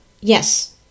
Yes